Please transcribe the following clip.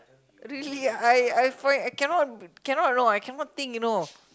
really ah I I find I cannot cannot you know I cannot think you know